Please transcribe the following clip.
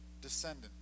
descendant